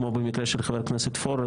כמו במקרה של חבר הכנסת פורר,